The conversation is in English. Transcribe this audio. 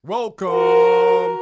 Welcome